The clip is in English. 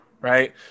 right